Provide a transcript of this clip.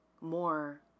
more